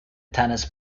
tennis